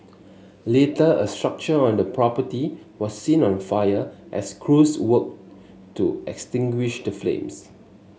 later a structure on the property was seen on fire as crews worked to extinguish the flames